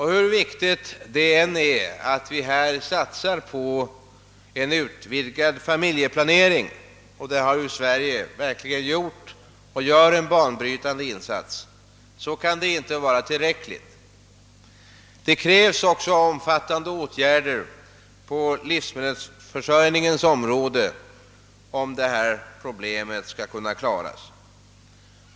Hur viktigt det än är att vi satsar på en utvidgad familjeplanering — därvidlag har Sverige verkligen gjort och gör en banbrytande insats — kan detta inte vara tillräckligt. Det krävs också omfattande åtgärder på livsmedelsförsörjningens område, om detta problem skall kunna klaras.